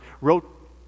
wrote